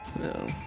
No